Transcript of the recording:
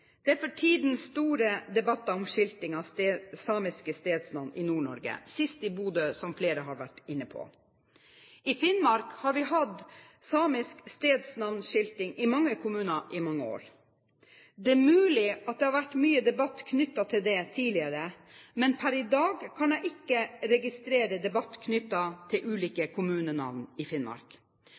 Det er for tiden store debatter om skilting av samiske stedsnavn i Nord-Norge, sist i Bodø, som flere har vært inne på. I Finnmark har vi hatt samisk stedsnavnskilting i mange kommuner i mange år. Det er mulig at det har vært mye debatt knyttet til dette tidligere, men per i dag kan jeg ikke registrere debatt knyttet til ulike kommunenavn i Finnmark.